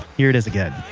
here it is again